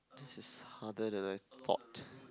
this is harder than I thought